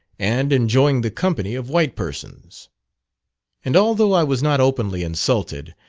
and enjoying the company of white persons and although i was not openly insulted,